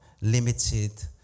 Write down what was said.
limited